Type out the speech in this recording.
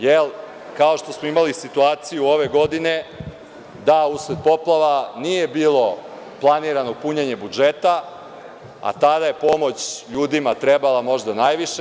Jel, kao što smo imali situaciju ove godine da usled poplava nije bilo planirano punjenje budžeta, a tada je pomoć ljudima trebala možda najviše.